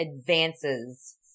advances